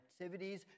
activities